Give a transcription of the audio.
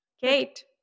Kate